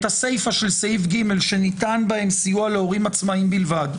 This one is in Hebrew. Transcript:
את הסיפה של סעיף (ג) שניתן בהם סיוע להורים עצמאיים בלבד,